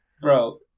bro